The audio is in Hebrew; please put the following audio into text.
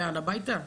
הביתה?